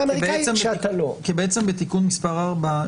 הציפייה שלי היא שבתום התקופה הזו,